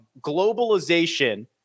globalization